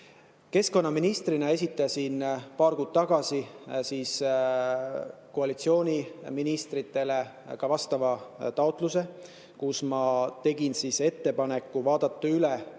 Keskkonnaministrina esitasin paar kuud tagasi koalitsiooni ministritele ka taotluse, kus ma tegin ettepaneku vaadata üle